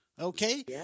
Okay